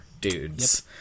dudes